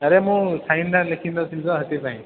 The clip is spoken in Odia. ଆରେ ମୁଁ ସାଇନ୍ ନାଁ ଲେଖିନଥିଲି ସେଥିପାଇଁ